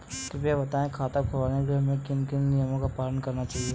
कृपया बताएँ खाता खुलवाने के लिए हमें किन किन नियमों का पालन करना चाहिए?